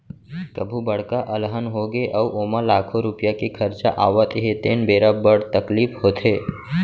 कभू बड़का अलहन होगे अउ ओमा लाखों रूपिया के खरचा आवत हे तेन बेरा बड़ तकलीफ होथे